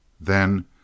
Then